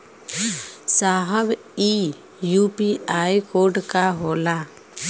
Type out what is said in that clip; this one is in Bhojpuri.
साहब इ यू.पी.आई कोड का होला?